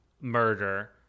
murder